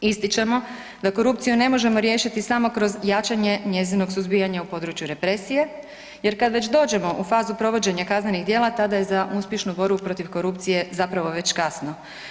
Ističemo da korupciju ne možemo riješiti samo kroz jačanje njezinog suzbijanja u području represije jer kada već dođemo u fazu provođenja kaznenih djela tada je uspješnu borbu protiv korupcije zapravo već kasno.